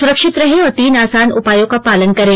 सुरक्षित रहें और तीन आसान उपायों का पालन करें